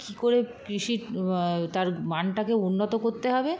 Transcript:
কী করে কৃষি তার মানটাকে উন্নত করতে হবে